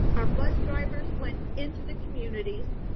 our bus drivers went into the communities.